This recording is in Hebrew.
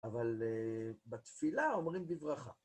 אבל בתפילה אומרים בברכה.